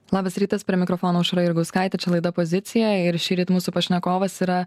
labas rytas prie mikrofono aušra jurgauskaitė čia laida pozicija ir šįryt mūsų pašnekovas yra